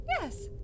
Yes